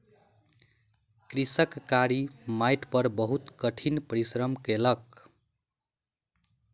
कृषक कारी माइट पर बहुत कठिन परिश्रम कयलक